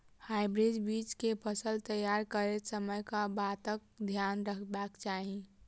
Hybrid बीज केँ फसल तैयार करैत समय कऽ बातक ध्यान रखबाक चाहि?